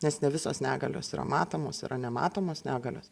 nes ne visos negalios yra matomos yra nematomos negalios